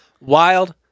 wild